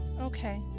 Okay